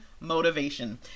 motivation